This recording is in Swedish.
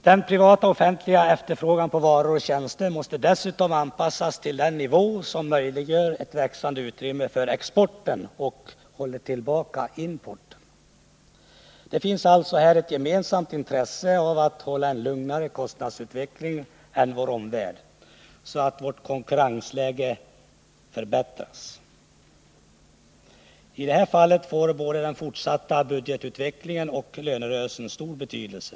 Den privata och offentliga efterfrågan på varor och tjänster måste dessutom anpassas till en nivå som möjliggör ett växande utrymme för exporten och som håller tillbaka importen. Det finns alltså här ett gemensamt intresse av att ha en lugnare kostnadsutveckling än vår omvärld, så att vårt konkurrensläge förbättras. I det här fallet får både den fortsatta budgetutvecklingen och lönerörelsen stor betydelse.